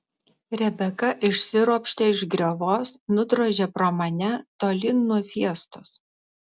rebeka išsiropštė iš griovos nudrožė pro mane tolyn nuo fiestos